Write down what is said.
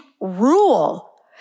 rule